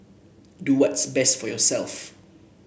do what's best for yourself